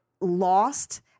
lost